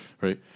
Right